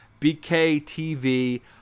BKTV